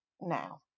now